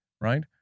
Right